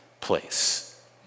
place